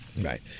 Right